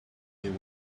would